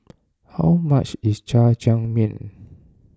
how much is Jajangmyeon